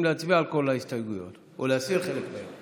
להצביע על כל ההסתייגויות או להסיר חלק מהן?